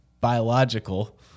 biological